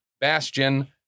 bastion